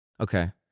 Okay